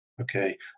Okay